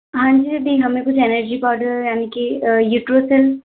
हाँ दीदी हमें कुछ एनर्जी पाउडर यानी की युट्रोसिल